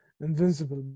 invincible